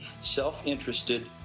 self-interested